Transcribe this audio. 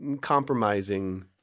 compromising